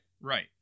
Right